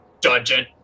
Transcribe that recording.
Dungeon